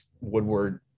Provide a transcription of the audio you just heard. Woodward